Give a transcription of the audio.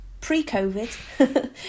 pre-covid